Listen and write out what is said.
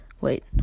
wait